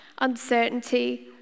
uncertainty